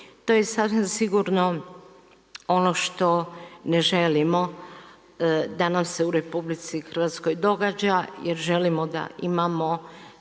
To je sasvim sigurno ono što ne želimo da nam se u RH događa jer želimo da imamo